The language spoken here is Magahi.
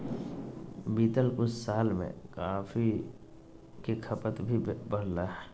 बीतल कुछ साल में कॉफ़ी के खपत भी बढ़लय हें